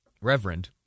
reverend